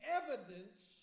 evidence